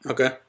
Okay